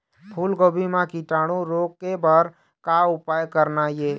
फूलगोभी म कीटाणु रोके बर का उपाय करना ये?